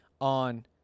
on